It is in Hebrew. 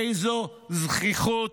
איזו זחיחות.